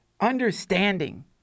Understanding